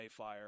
Mayfire